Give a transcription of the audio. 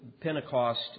Pentecost